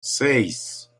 seis